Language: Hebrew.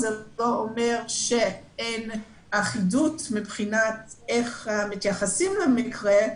זה לא אומר שאין אחידות מבחינת איך מתייחסים למקרה,